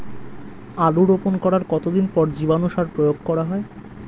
আলু রোপণ করার কতদিন পর জীবাণু সার প্রয়োগ করা হয়?